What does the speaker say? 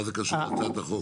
איך זה קשור להצעת החוק?